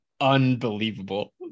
unbelievable